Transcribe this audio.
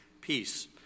peace